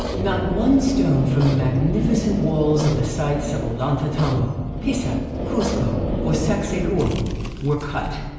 not one stone from the magnificent walls of the sites of ollanta tambo, pisac, cuzco or sacsayhuaman were cut.